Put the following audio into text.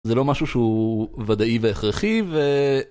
זה לא משהו שהוא וודאי והכרחי